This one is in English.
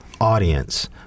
audience